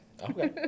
Okay